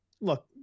look